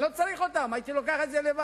אני לא צריך אותם, הייתי לוקח את זה לבד.